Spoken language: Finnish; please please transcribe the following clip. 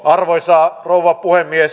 arvoisa rouva puhemies